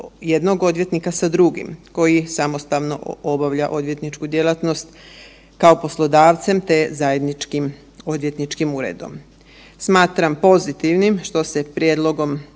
jednog odvjetnika sa drugim koji samostalno obavlja odvjetničku djelatnost kao poslodavcem, te zajedničkim odvjetničkim uredom. Smatram pozitivnim što se prijedlogom